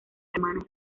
hermanos